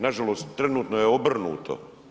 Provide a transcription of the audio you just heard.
Nažalost, trenutno je obrnuto.